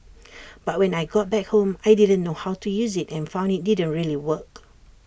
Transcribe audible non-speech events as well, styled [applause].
[noise] but when I got back home I didn't know how to use IT and found IT didn't really work